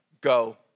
go